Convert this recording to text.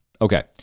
Okay